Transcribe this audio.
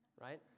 right